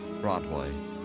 Broadway